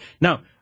Now